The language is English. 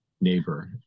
neighbor